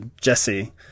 Jesse